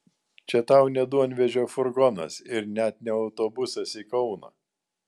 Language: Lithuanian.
čia tau ne duonvežio furgonas ir net ne autobusas į kauną